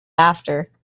after